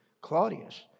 Claudius